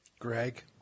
Greg